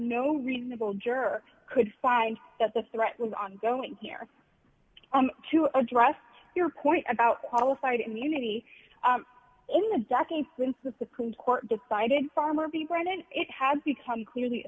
no reasonable juror could find that the threat was ongoing here to address your point about qualified immunity in the decade when the supreme court decided farmer being granted it had become clearly